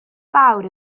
fawr